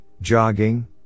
jogging